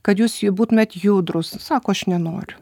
kad jūs būtumėt judrūs sako aš nenoriu